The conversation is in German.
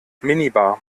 minibar